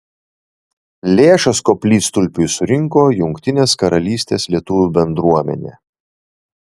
lėšas koplytstulpiui surinko jungtinės karalystės lietuvių bendruomenė